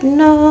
no